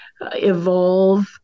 evolve